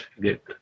get